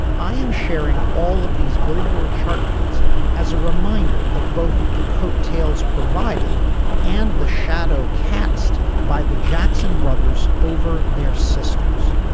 i am sharing all of these billboard chart feats as a reminder of both the coattails provided and the shadow cast by the jackson brothers over their sisters.